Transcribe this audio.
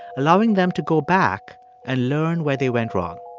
allowing them to go back and learn where they went wrong.